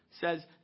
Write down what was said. says